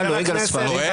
אתה לועג לספרים?